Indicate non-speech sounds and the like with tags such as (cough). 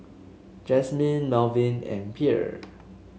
Jasmin Melvin and (unintelligible)